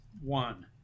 one